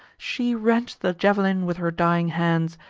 she wrench'd the jav'lin with her dying hands,